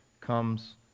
comes